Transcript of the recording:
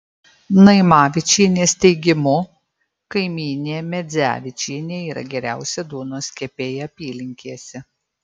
naimavičienės teigimu kaimynė medzevičienė yra geriausia duonos kepėja apylinkėse